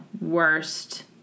worst